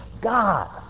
God